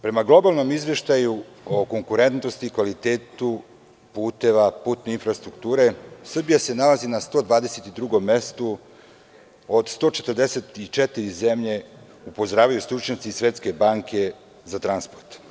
Prema globalnom izveštaju o konkurentnosti, kvalitetu puteva, putne infrastrukture, Srbija se nalazi na 122 mestu od 144 zemlje, upozoravaju stručnjaci Svetske banke za transport.